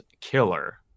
killer